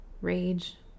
rage